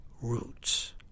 roots